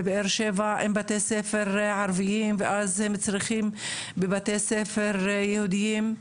בבאר שבע אין בתי ספר ערביים ואז הם צריכים בבתי ספר יהודיים,